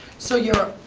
so you're,